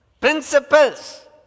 principles